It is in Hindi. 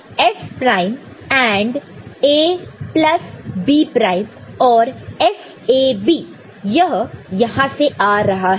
S prime AND A plus B prime और S A B यह यहां से आ रहा है